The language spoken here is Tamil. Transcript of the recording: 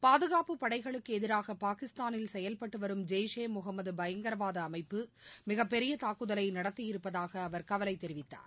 பாதுகாப்புப் படைகளுக்கு எதிராக பாகிஸ்தானில் செயல்பட்டு வரும் ஜெய்ஷே முகமது பயங்கரவாத அமைப்பு மிகப்பெரிய தாக்குதலை நடத்தியிருப்பதாக அவர் கவலை தெரிவித்தார்